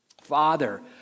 Father